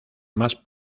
más